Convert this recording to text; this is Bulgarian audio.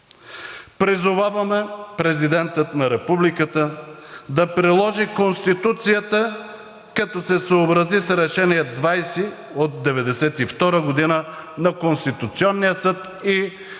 Призоваваме Президента на Републиката да приложи Конституцията, като се съобрази с Решение № 20 от 1992 г. на Конституционния съд и